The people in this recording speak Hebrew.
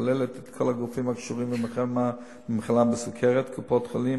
הכוללת את כל הגופים הקשורים למלחמה בסוכרת: קופות-חולים,